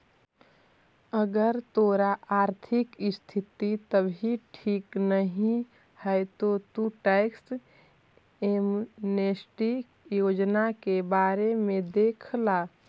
अगर तोहार आर्थिक स्थिति अभी ठीक नहीं है तो तु टैक्स एमनेस्टी योजना के बारे में देख ला